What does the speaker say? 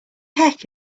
heck